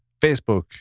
Facebook